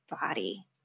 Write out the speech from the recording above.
body